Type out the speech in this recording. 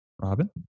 Robin